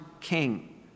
king